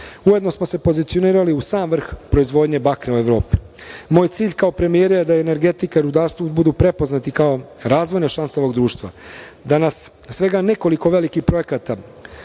ujedno smo se pozicionirali u sam vrh proizvodnje bakra u Evropi. Moj cilj kao premijera je da energetika i rudarstvo budu prepoznati kao razvojna šansa ovog društva. Danas svega nekoliko velikih projekata